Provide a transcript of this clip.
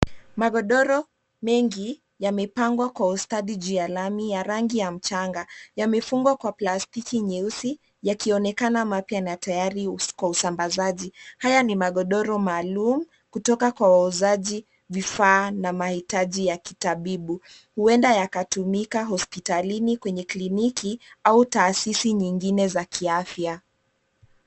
Magodoro mengi yamepangwa kwa ustadi juu ya lami ya rangi ya mchanga. Yamefungwa kwa plastiki nyeusi yakionekana mapya na tayari kwa usambazaji. Haya ni magodoro maalum, kutoka kwa wauzaji, vifaa na mahitaji ya kitabibu. Huenda yakatumika hospitalini kwenye kliniki au taasisi nyingine za kiafya.